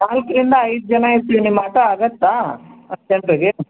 ನಾಲ್ಕರಿಂದ ಐದು ಜನ ಇರ್ತೀವಿ ನಿಮ್ಮ ಆಟೋ ಆಗುತ್ತಾ ಅಷ್ಟು ಜನರಿಗೆ